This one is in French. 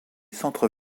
centres